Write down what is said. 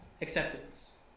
acceptance